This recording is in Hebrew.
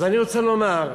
אז אני רוצה לומר,